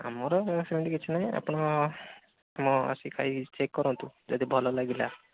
ଆମର ସେମିତି କିଛି ନାହିଁ ଆପଣ ଆସିକି ଖାଇକି ଚେକ୍ କରନ୍ତୁ ଯଦି ଭଲ ଲାଗିଲା